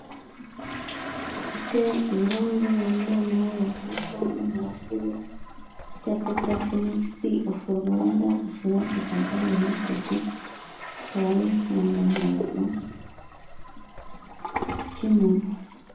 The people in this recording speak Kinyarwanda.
Ibirahure bibonerana byakubisweho n'umurasire ,icyapa cya fonesi ofu Rwanda asiranse Kampani rimitedi hakaba hariho ikirangantego k' inuma.